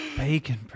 Bacon